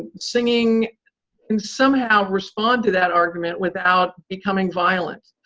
singing can somehow respond to that argument without becoming violent.